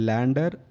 Lander